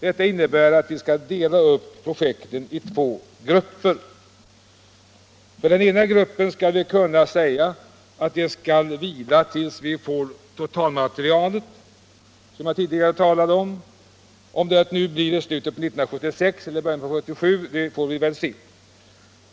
Detta innebär att vi skall dela upp projekten i två grupper. För den ena gruppen skall vi kunna säga att projekten skall vila tills vi får det totalmaterial som jag tidigare talade om. Om det blir i slutet av 1976 eller i början av 1977 får vi väl se.